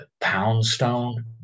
Poundstone